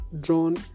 drawn